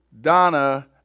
Donna